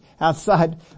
outside